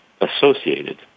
associated